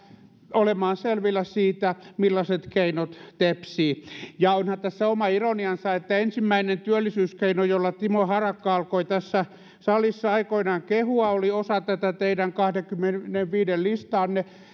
olemaan selvillä siitä millaiset keinot tepsivät onhan tässä oma ironiansa että ensimmäinen työllisyyskeino jolla timo harakka alkoi tässä salissa aikoinaan kehua oli osa tätä teidän kahdenkymmenenviiden listaanne